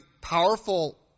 powerful